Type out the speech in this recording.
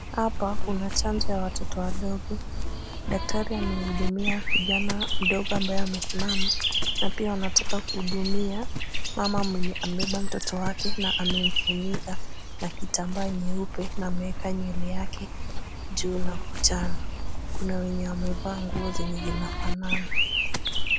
Hapa kuna chanjo ya watoto wadogo. Daktari amehudumia kijana mdogo ambayo amesimama na pia wanataka kuhudumia mama mwenye amebeba mtoto wake na amemfunika na kitambaa nyeupe na ameeka nywele yake juu na kuchana. Kuna wenye wamevaa nguo zenye zinafanana.